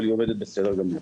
אבל היא עובדת בסדר גמור.